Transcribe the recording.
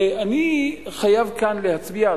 אני חייב להצביע כאן,